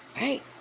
right